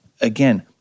again